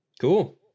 Cool